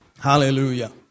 Hallelujah